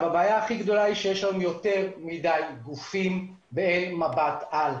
הבעיה הכי גדולה היא שיש לנו יותר מדיי גופים במבט על.